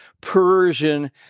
Persian